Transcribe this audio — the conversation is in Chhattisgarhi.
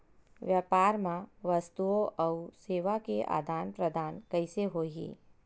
व्यापार मा वस्तुओ अउ सेवा के आदान प्रदान कइसे होही?